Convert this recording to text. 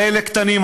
כאלה קטנים.